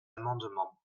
amendements